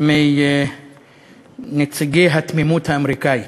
כמו מנציגי התמימות האמריקנית.